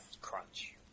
Crunch